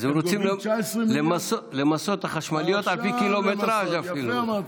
אז הם רוצים למסות את החשמליות על פי קילומטרז' אפילו.